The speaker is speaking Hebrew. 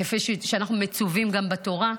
כפי שאנחנו מצווים גם בתורה,